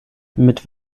mit